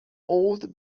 old